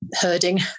herding